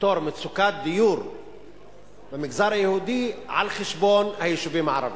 לפתור מצוקת דיור במגזר היהודי על חשבון היישובים הערביים.